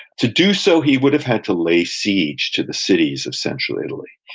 to do so, he would have had to lay siege to the cities of central italy.